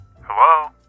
Hello